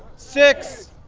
six,